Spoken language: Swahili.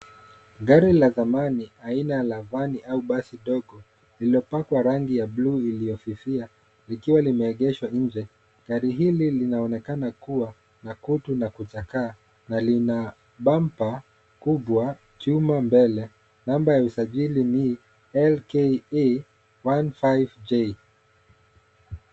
Gari la zamani aina la vani au basi dogo liliopakwa rangi ya buluu iliyofifia likiwa limeegeshwa nje. Gari hili linaonekana kuwa na kutu na kuchakaa na lina bamper kubwa chuma mbele. Namba ya usajili ni LKA 15J.